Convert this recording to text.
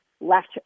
left